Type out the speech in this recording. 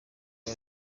ubu